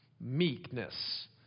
Meekness